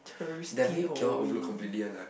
definitely cannot overlook completely one what